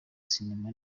sinema